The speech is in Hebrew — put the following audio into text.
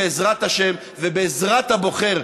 בעזרת השם ובעזרת הבוחר,